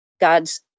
God's